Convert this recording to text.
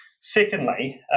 Secondly